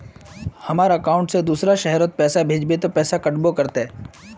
हमर अकाउंट से दूसरा शहर पैसा भेजबे ते पैसा कटबो करते?